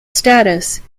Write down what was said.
status